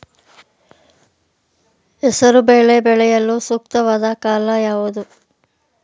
ಹೆಸರು ಬೇಳೆ ಬೆಳೆಯಲು ಸೂಕ್ತವಾದ ಕಾಲ ಯಾವುದು?